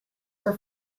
for